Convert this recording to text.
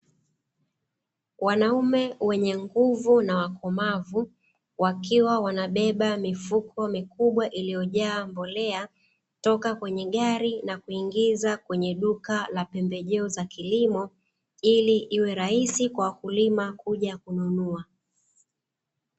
Wanaume wenye nguvu na wakomavu wakiwa wanabeba mifuko mikubwa iliyojaa mbolea, kutoka kwenye gari na kuingiza kwenye duka la pembejeo za kilimo, ili iwe rahisi kwa wakulima kuja kununua.